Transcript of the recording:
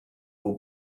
will